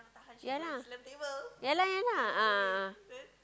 ya lah ya lah ya lah a'ah ah